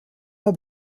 pas